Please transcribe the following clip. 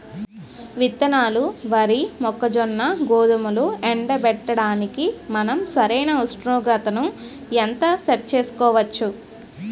విత్తనాలు వరి, మొక్కజొన్న, గోధుమలు ఎండబెట్టడానికి మనం సరైన ఉష్ణోగ్రతను ఎంత సెట్ చేయవచ్చు?